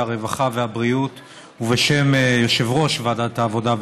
הרווחה והבריאות ובשם יושב-ראש ועדת העבודה,